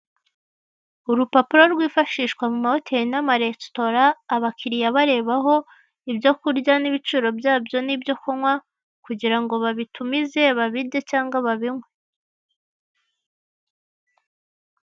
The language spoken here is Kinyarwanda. Urupapuro rwifashishwa mu mahoteri n' amaresitora abakiriya barebaho ibyo kurya n'ibiciro byabyo n'byo kunywa kugira ngo babitumize babirye cyangwa babinywe.